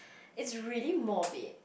it's really morbid